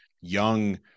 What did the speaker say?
young